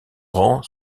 rend